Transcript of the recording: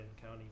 County